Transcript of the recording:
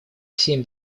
всем